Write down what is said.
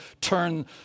turn